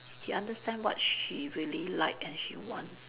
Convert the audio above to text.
he understand what she really like and she wants